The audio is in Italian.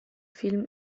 film